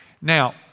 Now